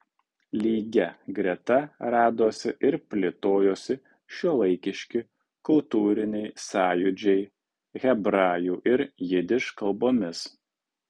lygia greta radosi ir plėtojosi šiuolaikiški kultūriniai sąjūdžiai hebrajų ir jidiš kalbomis